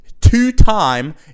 two-time